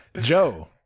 Joe